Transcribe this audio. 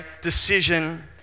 decision